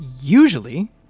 usually